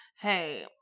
hey